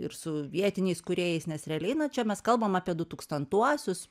ir su vietiniais kūrėjais nes realiai čia mes kalbam apie dutūkstantuosius